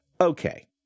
Okay